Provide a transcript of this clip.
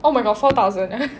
oh my god four thousand